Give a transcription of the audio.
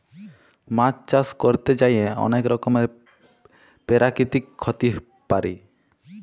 মাছ চাষ ক্যরতে যাঁয়ে অলেক রকমের পেরাকিতিক ক্ষতি পারে